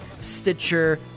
stitcher